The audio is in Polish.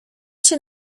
się